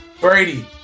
Brady